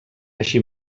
així